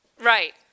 Right